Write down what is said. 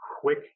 quick